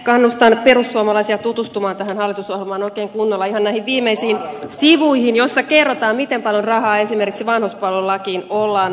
kannustan perussuomalaisia tutustumaan tähän hallitusohjelmaan oikein kunnolla ihan näihin viimeisiin sivuihin joissa kerrotaan miten paljon rahaa esimerkiksi vanhuspalvelulakiin ollaan varaamassa